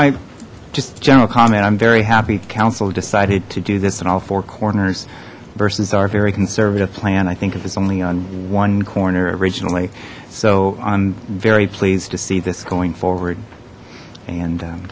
i just general comment i'm very happy council decided to do this in all four corners verses are very conservative plan i think if it's only on one corner originally so i'm very pleased to see this going forward and